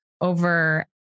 over